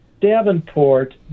Davenport